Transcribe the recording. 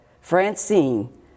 Francine